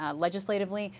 ah legislatively.